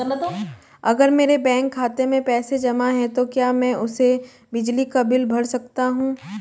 अगर मेरे बैंक खाते में पैसे जमा है तो क्या मैं उसे बिजली का बिल भर सकता हूं?